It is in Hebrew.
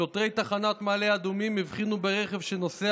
שוטרי תחנת מעלה אדומים הבחינו ברכב שנוסע